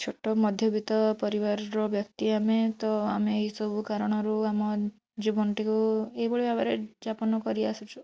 ଛୋଟ ମଧ୍ୟବିତ୍ତ ପରିବାରର ବ୍ୟକ୍ତି ଆମେ ତ ଆମେ ଏଇ ସବୁ କାରଣରୁ ଆମ ଜୀବନଟିକୁ ଏଇଭଳି ଭାବରେ ଯାପନା କରି ଆସୁଛୁ